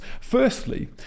Firstly